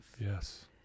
Yes